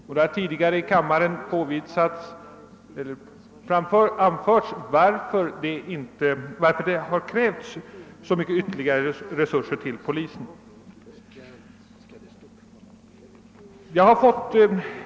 Det har tidigare i kammaren anförts varför det krävs så mycket av ytterligare resurser till polisen.